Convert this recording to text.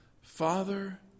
Father